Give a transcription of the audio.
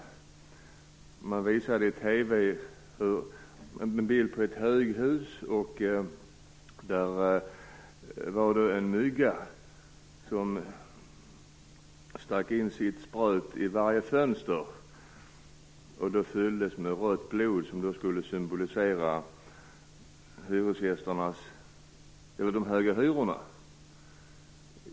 Man visade en bild på ett höghus. En mygga stack in sitt spröt i varje fönster, och sprötet fylldes med rött blod. Detta skulle symbolisera de höga hyrorna.